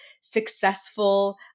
successful